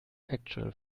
actual